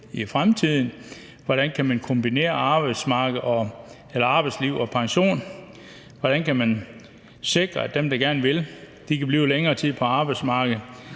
i fremtiden, hvordan man kan kombinere arbejdsliv og pension, hvordan man kan sikre, at dem, der gerne vil, kan blive længere tid på arbejdsmarkedet,